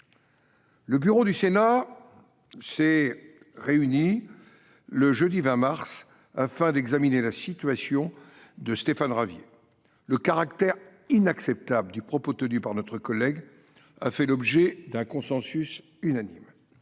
Le bureau du Sénat s’est réuni le jeudi 20 mars afin d’examiner la situation de Stéphane Ravier. Le caractère inacceptable du propos tenu par notre collègue a fait l’objet d’un consensus unanime.